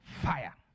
fire